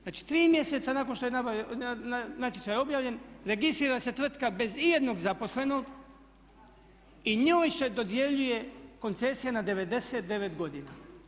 Znači 3 mjeseca nakon što je natječaj objavljen registrira se tvrtka bez ijednog zaposlenog i njoj se dodjeljuje koncesija na 99 godina.